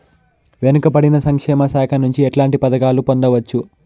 వెనుక పడిన సంక్షేమ శాఖ నుంచి ఎట్లాంటి పథకాలు పొందవచ్చు?